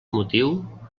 motiu